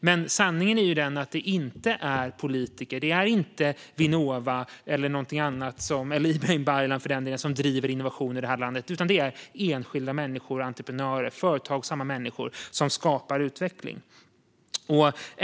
Men sanningen är ju den att det inte är politiker eller Vinnova - eller Ibrahim Baylan, för den delen - som driver innovationer i det här landet. Det är enskilda människor, entreprenörer, företagsamma människor, som skapar utveckling.